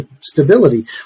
stability